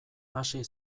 hasi